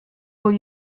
will